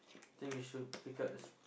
think we should pick up the